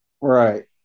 right